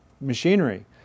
machinery